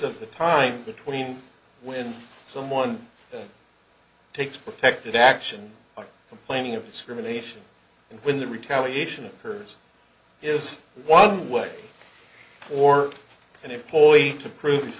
of the time between when someone takes protected action complaining of discrimination and when the retaliation occurs is one way or an employee to prove